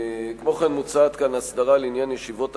כמו כן, מוצעת הסדרה לעניין ישיבות הפגרה,